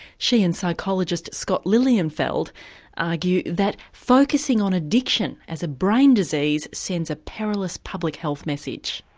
she and psychologist scott lilienfeld argue that focusing on addiction as a brain disease sends a perilous public health message.